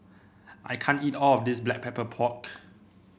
I can't eat all of this Black Pepper Pork